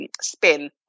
spin